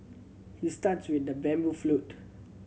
he start with the bamboo flute